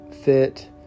fit